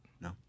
no